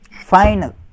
final